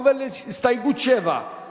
הסתייגות 6 לא נתקבלה.